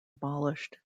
abolished